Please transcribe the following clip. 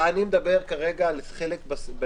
אני מדבר כרגע על פסקה (ג),